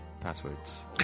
passwords